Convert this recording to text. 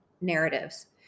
narratives